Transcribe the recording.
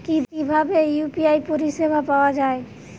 কিভাবে ইউ.পি.আই পরিসেবা পাওয়া য়ায়?